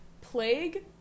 plague